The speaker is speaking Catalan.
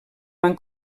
van